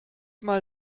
mal